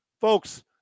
folks